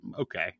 okay